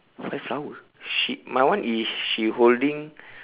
five flower she mine one is she holding